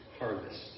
harvest